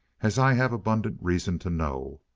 as i have abundant reason to know.